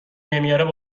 نمیاره